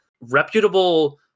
reputable